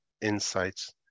insights